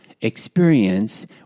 experience